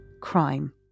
crime